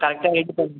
கரெக்ட்டாக ரெடி பண்ணி